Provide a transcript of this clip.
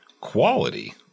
quality